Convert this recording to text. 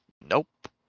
Nope